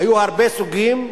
היו הרבה סוגים,